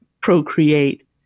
procreate